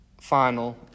final